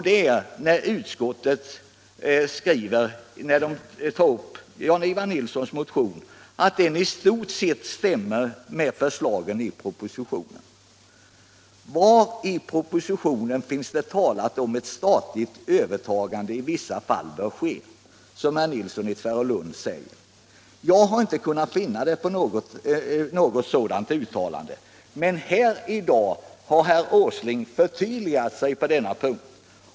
Den gäller utskottets skrivning med anledning av herr Nilssons i Tvärålund motion, att motionen i stort sett överensstämmer med förslagen i propositionen. Var i propositionen talas det om att ett statligt övertagande — som herr Nilsson i Tvärålund framhåller — i vissa fall bör ske? Jag har inte kunnat finna något sådant uttalande, men här i dag har herr Åsling förtydligat sig på denna punkt.